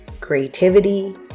creativity